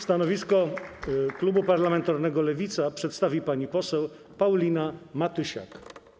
Stanowisko klubu parlamentarnego Lewica przedstawi pani poseł Paulina Matysiak.